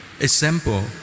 Example